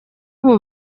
ubu